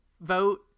vote